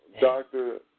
Doctor